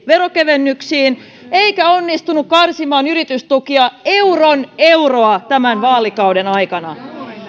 veronkevennyksiin eikä onnistunut karsimaan yritystukia euron euroa tämän vaalikauden aikana